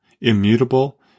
immutable